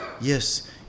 Yes